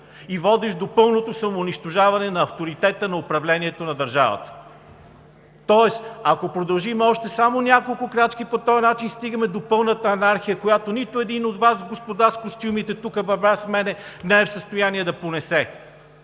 и водещ до пълното самоунищожаване на авторитета на управлението на държавата. Тоест, ако продължим още само няколко крачки по този начин, стигаме до пълната анархия, която нито един от Вас, господа с костюмите тук, барабар с мен, не е в състояние да понесе.